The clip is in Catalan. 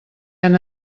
han